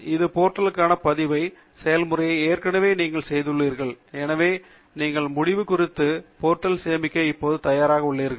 இந்த போர்டல்லுக்கான பதிவு செயல்முறையை ஏற்கனவே நீங்கள் செய்துள்ளீர்கள் எனவே நீங்கள் முடிவு குறிப்பு போர்ட்டில் சேமிக்க இப்போது தயாராக உள்ளீர்கள்